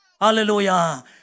Hallelujah